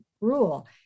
rule